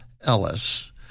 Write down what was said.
Ellis